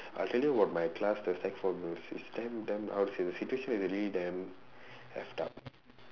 I'll tell you about my class the sec four girls it's damn damn how to say the situation is really damn effed up